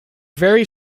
very